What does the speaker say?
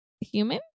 human